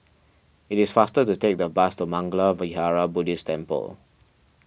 it is faster to take the bus to Mangala Vihara Buddhist Temple